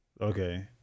Okay